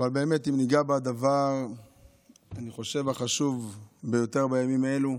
אני חושב, בדבר החשוב ביותר בימים אלו,